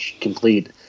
complete